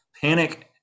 Panic